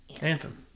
Anthem